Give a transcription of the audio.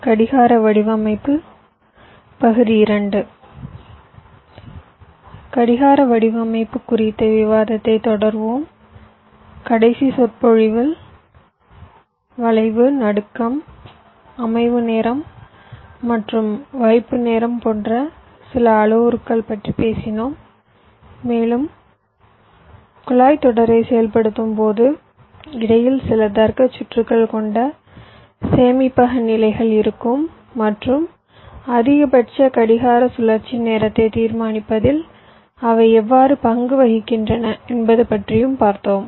கடிகார வடிவமைப்பு குறித்த விவாதத்தைத் தொடர்வோம் கடைசி சொற்பொழிவில் வளைவு நடுக்கம் அமைவு நேரம் மற்றும் வைப்பு நேரம் போன்ற சில அளவுருக்கள் பற்றிப் பேசினோம் மேலும் குழாய் தொடரை செயல்படுத்தும் போது இடையில் சில தர்க்க சுற்றுகள் கொண்ட சேமிப்பக நிலைகள் இருக்கும் மற்றும் அதிகபட்ச கடிகார சுழற்சி நேரத்தை தீர்மானிப்பதில் அவை எவ்வாறு பங்கு வகிக்கின்றன என்பது பற்றியும் பார்த்தோம்